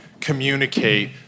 communicate